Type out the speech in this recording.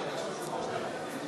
נתקבלה.